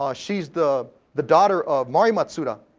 ah she's the the daughter of mari matsuda,